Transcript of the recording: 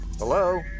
Hello